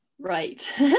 Right